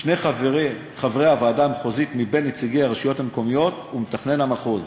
שני חברי הוועדה המחוזית מבין נציגי הרשויות המקומיות ומתכנן המחוז.